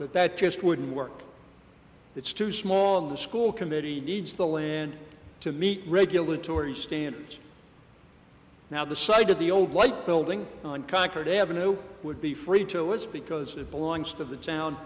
that that just wouldn't work it's too small and the school committee needs the land to meet regulatory standards now the site of the old white building on concord avenue would be free to list because it belongs to the town